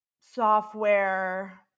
software